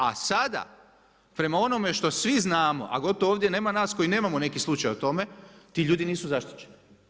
A sada prema onome što svi znamo a gotovo ovdje nema nas koji nemamo neki slučaj o tome, ti ljudi nisu zaštićeni.